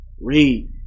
Read